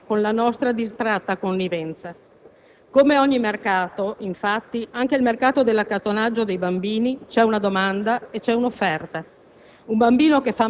o peggio con la nostra distratta connivenza. Come ogni mercato, infatti, anche nel mercato dell'accattonaggio dei bambini c'è una domanda e c'è un'offerta